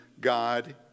God